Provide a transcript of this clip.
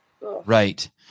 Right